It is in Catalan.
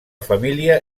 família